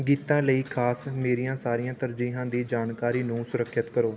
ਗੀਤਾਂ ਲਈ ਖਾਸ ਮੇਰੀਆਂ ਸਾਰੀਆਂ ਤਰਜੀਹਾਂ ਦੀ ਜਾਣਕਾਰੀ ਨੂੰ ਸੁਰੱਖਿਅਤ ਕਰੋ